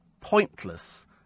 pointless